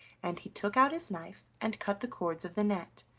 and he took out his knife and cut the cords of the net,